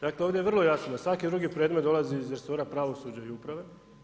Dakle, ovdje je vrlo jasno, da svaki drugi predmet dolazi iz resora pravosuđa i uprave.